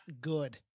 good